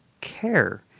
care